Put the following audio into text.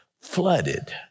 flooded